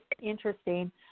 interesting